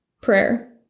Prayer